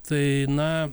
tai na